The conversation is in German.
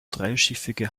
dreischiffige